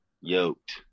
yoked